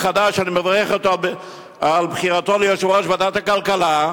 אני מברך אותו על בחירתו ליושב-ראש ועדת הכלכלה.